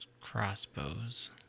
crossbows